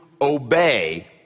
obey